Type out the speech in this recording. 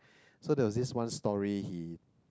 so there was this one story he